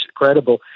incredible